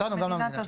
למדינה.